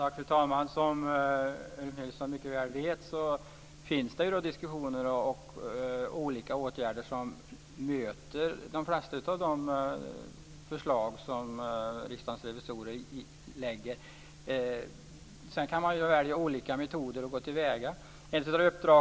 Fru talman! Som Ulf Nilsson mycket väl vet diskuteras olika åtgärder som möter de flesta av Riksdagens revisorers förslag. Sedan kan man ju välja att gå till väga med olika metoder.